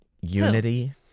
Unity